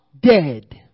dead